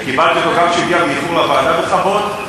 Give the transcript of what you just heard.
וקיבלתי אותו גם כשהגיע באיחור לוועדה בכבוד.